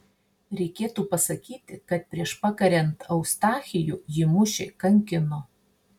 reikėtų pasakyti kad prieš pakariant eustachijų jį mušė kankino